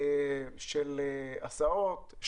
הסעות,